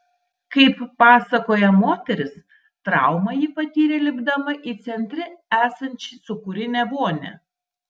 kaip pasakoja moteris traumą ji patyrė lipdama į centre esančią sūkurinę vonią